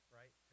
right